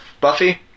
Buffy